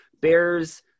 Bears